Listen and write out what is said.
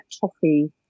toffee